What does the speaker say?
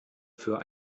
für